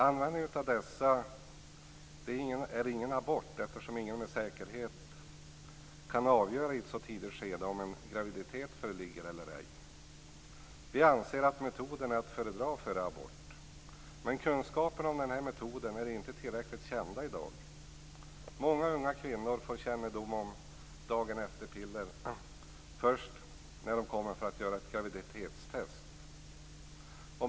Användningen av dessa utgör inte en abort, eftersom ingen med säkerhet kan avgöra i ett så tidigt skede om en graviditet föreligger eller ej. Vi anser att metoden är att föredra framför abort. Men kunskaperna om metoden är inte tillräckligt kända i dag. Många unga kvinnor får kännedom om dagen-efter-piller först när de kommer för att göra ett graviditetstest.